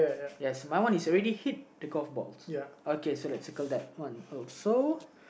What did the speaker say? yes my one is already hit the golf balls okay so let's circle that one also